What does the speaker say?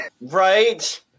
Right